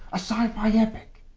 a sci-fi epic.